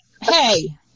Hey